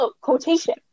quotation